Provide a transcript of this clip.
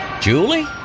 Julie